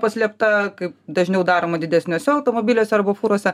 paslėpta kaip dažniau daroma didesniuose automobiliuose arba fūrose